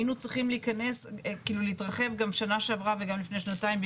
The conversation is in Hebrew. היינו צריכים להתרחב גם שנה שעברה וגם לפני שנתיים.